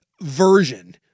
version